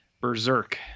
Berserk